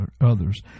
others